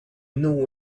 know